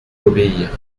obéir